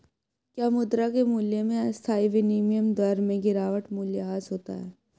क्या मुद्रा के मूल्य में अस्थायी विनिमय दर में गिरावट मूल्यह्रास होता है?